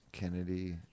Kennedy